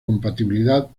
compatibilidad